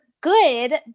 good